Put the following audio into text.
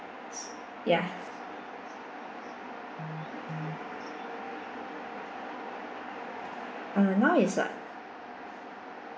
ya uh now is what